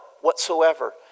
whatsoever